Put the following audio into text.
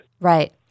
Right